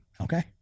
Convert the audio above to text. Okay